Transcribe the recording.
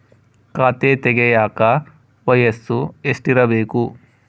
ಖಾತೆ ತೆಗೆಯಕ ವಯಸ್ಸು ಎಷ್ಟಿರಬೇಕು?